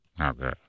Okay